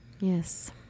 Yes